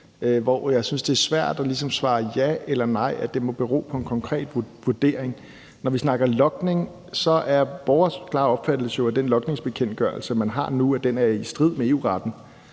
hvortil jeg synes det er svært ligesom at svare ja eller nej. Det må bero på en konkret vurdering. Når vi snakker logning, er vores klare opfattelse jo, at den logningsbekendtgørelse, man har nu, er i strid med EU-retten,